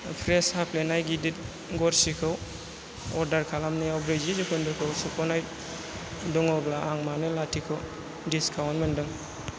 fresh हाफ्लेनाय गिदिद गरसिखौ अर्डार खालामनायाव ब्रैजि जौखोन्दोखौ सुख'नाय दङब्ला आं मानो लाथिख' डिसकाउन्ट मोनदों